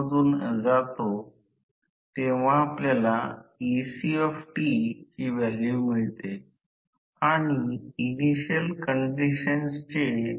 तर या प्रकरणात हे स्टेटर फील्ड मध्ये धावते जे n ची स्थिर वेग प्राप्त करते अर्थात ns पेक्षा कमी n आहे